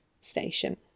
Station